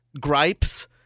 gripes